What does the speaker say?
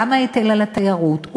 גם ההיטל על התיירות,